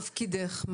ומהו תפקידך?